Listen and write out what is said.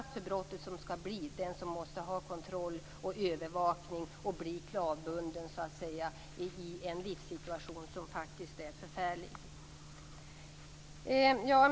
Dessa kvinnor skall inte behöva ha kontroll och övervakning och bli klavbundna i en livssituation som är förfärlig.